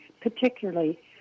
particularly